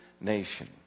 nation